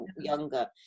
younger